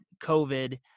COVID